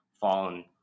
fallen